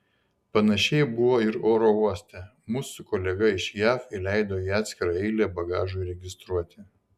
panašiai buvo ir oro uoste mus su kolega iš jav įleido į atskirą eilę bagažui registruoti